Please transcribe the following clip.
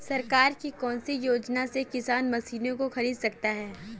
सरकार की कौन सी योजना से किसान मशीनों को खरीद सकता है?